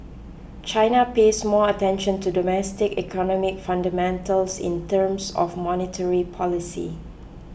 China pays more attention to domestic economic fundamentals in terms of monetary policy